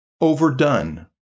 overdone